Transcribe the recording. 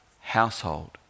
household